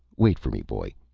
wait for me, boy,